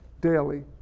daily